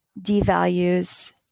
devalues